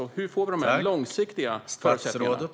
Och hur får vi de långsiktiga förutsättningarna?